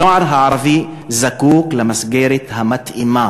הנוער הערבי זקוק למסגרת המתאימה.